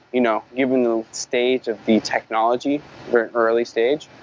you know given the state of the technology or early stage,